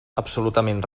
absolutament